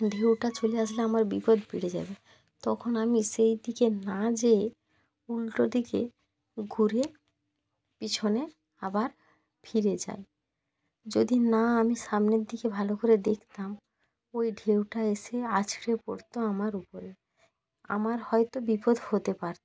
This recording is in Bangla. ঢেউটা চলে আসলে আমার বিপদ বেড়ে যাবে তখন আমি সেই দিকে না যেয়ে উল্টো দিকে ঘুরে পিছনে আবার ফিরে যাই যদি না আমি সামনের দিকে ভালো করে দেখতাম ওই ঢেউটা এসে আছড়ে পড়তো আমার উপরে আমার হয়তো বিপদ হতে পারতো